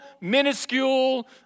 minuscule